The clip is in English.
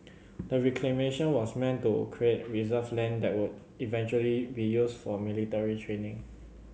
the reclamation was meant to create reserve land that would eventually be used for military training